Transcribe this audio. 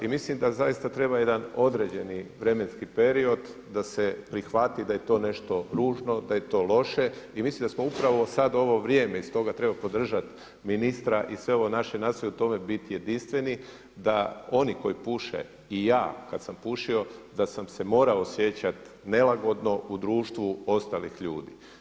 I mislim da zaista treba jedan određeni vremenski period da se prihvati da je to nešto ružno, da je to loše i mislim da smo upravo sada u ovo vrijeme i stoga treba podržati ministra i sve ovo naše nastojati u tome biti jedinstveni da oni koji puše i ja kada sam pušio da sam se morao osjećati nelagodno u društvu ostalih ljudi.